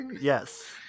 yes